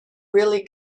really